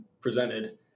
presented